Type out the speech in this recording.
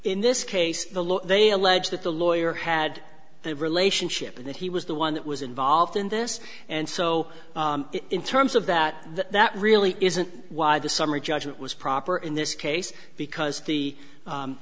in this case the law they allege that the lawyer had that relationship and that he was the one that was involved in this and so in terms of that that that really isn't why the summary judgment was proper in this case because the